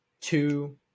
two